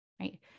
right